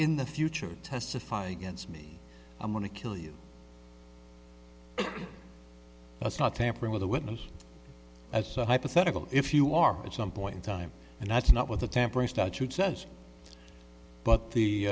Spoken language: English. in the future testify against me i'm going to kill you that's not tampering with a witness as a hypothetical if you are at some point in time and that's not what the tampering statute says but the